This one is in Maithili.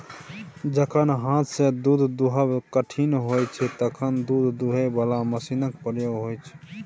जखन हाथसँ दुध दुहब कठिन होइ छै तखन दुध दुहय बला मशीनक प्रयोग होइ छै